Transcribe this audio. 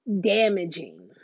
damaging